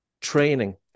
training